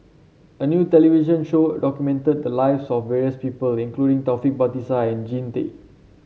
a new television show documented the lives of various people including Taufik Batisah and Jean Tay